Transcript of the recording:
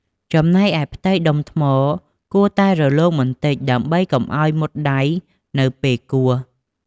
ចំណែកឯផ្ទៃដុំថ្មគួរតែរលោងបន្តិច ដើម្បីកុំឱ្យមុតដៃនៅពេលគោះ។